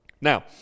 Now